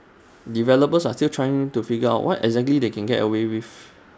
developers are still trying to figure out what exactly they can get away with